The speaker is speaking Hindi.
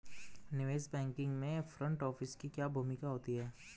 निवेश बैंकिंग में फ्रंट ऑफिस की क्या भूमिका होती है?